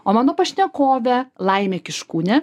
o mano pašnekovė laimė kiškūnė